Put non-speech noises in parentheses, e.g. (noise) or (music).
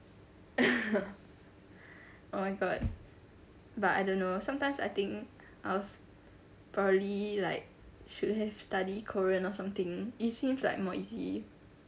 (laughs) oh my god but I don't know sometimes I think I was probably like should have studied korean or something it seems like more easy